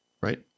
right